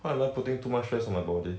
how am I putting too much stress on my body